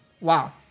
wow